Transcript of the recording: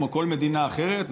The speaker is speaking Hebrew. כמו כל מדינה אחרת,